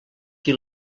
qui